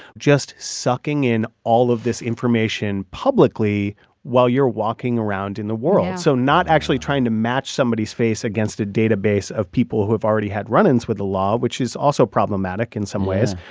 just sucking in all of this information publicly while you're walking around in the world yeah so not actually trying to match somebody's face against a database of people who have already had run-ins with the law, which is also problematic in some ways.